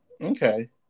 okay